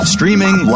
Streaming